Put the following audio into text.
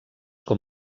com